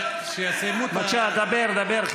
כשיסיימו, בבקשה, דבר, דבר.